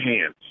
Hands